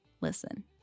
Listen